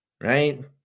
Right